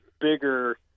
bigger